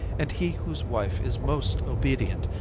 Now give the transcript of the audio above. and he whose wife is most obedient,